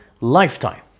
lifetime